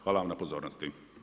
Hvala vam na pozornosti.